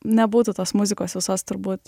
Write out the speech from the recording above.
nebūtų tos muzikos visos turbūt